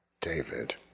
David